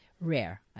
rare